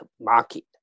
market